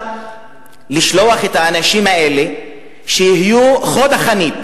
לשלוח את האנשים האלה להיות חוד החנית